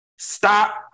Stop